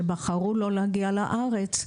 שבחרו לא להגיע לארץ,